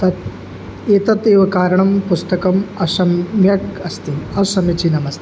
तत् एतत् एव कारणं पुस्तकम् असम्यक् अस्ति असमीचीनम् अस्ति